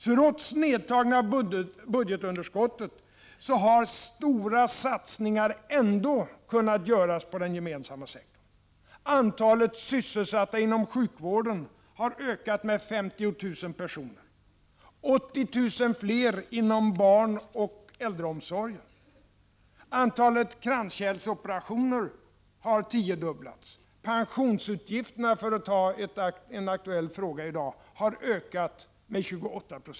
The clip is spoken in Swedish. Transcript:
Trots nedtagningen av budgetunderskottet har stora satsningar kunnat göras på den gemensamma sektorn. Antalet sysselsatta inom sjukvården har ökat med 50 000 personer. Inom barnoch äldreomsorgen har det blivit 80 000 fler sysselsatta. Antalet kranskärlsoperationer har tiodubblats. Pensionsutgifterna — för att som exempel ta en i dag aktuell fråga — har ökat med 28 Po.